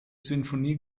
sinfonie